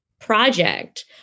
project